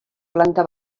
planta